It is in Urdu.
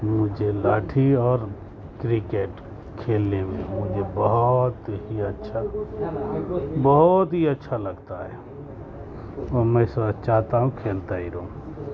مجھے لاٹھی اور کرکٹ کھیلنے میں مجھے بہت ہی اچھا بہت ہی اچھا لگتا ہے اور میں اس چاہتا ہوں کھیلتا ہی رہوں